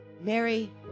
Mary